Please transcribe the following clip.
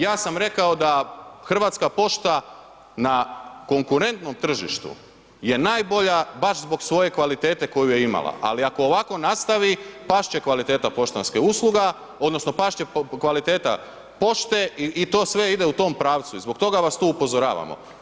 Ja sam rekao da Hrvatska pošta na konkurentnom tržištu je najbolja baš zbog svoje kvalitete koju je imala, ali ako ovako nastavi past će kvaliteta poštanskih usluga odnosno past će kvaliteta pošte i to sve ide u tom pravcu i zbog toga vas tu upozoravamo.